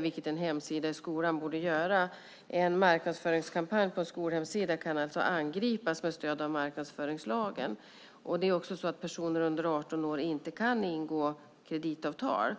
vilket en hemsida i skolan borde göra. En marknadsföringskampanj på en skolhemsida kan alltså angripas med stöd av marknadsföringslagen. Dessutom kan personer under 18 år inte ingå kreditavtal.